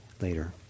later